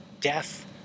death